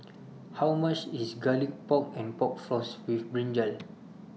How much IS Garlic Pork and Pork Floss with Brinjal